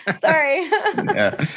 sorry